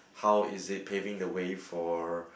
how is it paving the way for